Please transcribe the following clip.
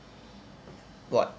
what